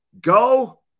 Go